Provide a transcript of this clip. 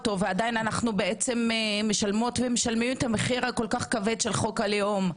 ואנחנו משלמות ומשלמים את המחיר הכל כך כבד של חוק הלאום.